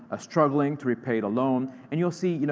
ah struggling to repay the loan. and you'll see you know